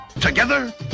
Together